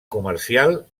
comercial